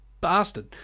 bastard